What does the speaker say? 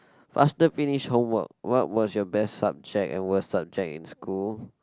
faster finish homework what was your best subject and worst subject in school